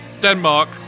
Denmark